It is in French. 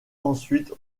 ensuite